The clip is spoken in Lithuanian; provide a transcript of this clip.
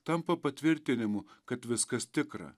tampa patvirtinimu kad viskas tikra